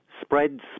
spreads